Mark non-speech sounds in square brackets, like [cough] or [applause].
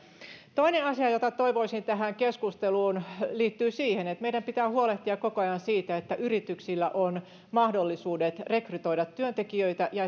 toinen asia jota toivoisin tähän keskusteluun liittyy siihen että meidän pitää huolehtia koko ajan siitä että yrityksillä on mahdollisuudet rekrytoida työntekijöitä ja [unintelligible]